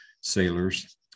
sailors